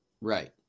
Right